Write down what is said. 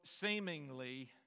seemingly